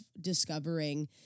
discovering